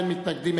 אין מתנגדים,